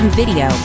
video